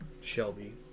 Shelby